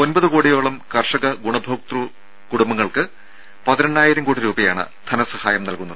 ഒൻപത് കോടിയോളം കർഷക ഗുണഭോക്തൃ കുടുംബങ്ങൾക്ക് പതിനെണ്ണായിരം കോടി രൂപയാണ് ധനസഹായം നൽകുന്നത്